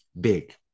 big